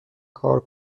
کار